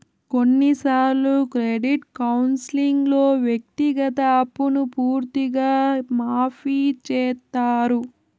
కొన్నిసార్లు క్రెడిట్ కౌన్సిలింగ్లో వ్యక్తిగత అప్పును పూర్తిగా మాఫీ చేత్తారు